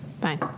Fine